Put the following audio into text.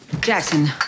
Jackson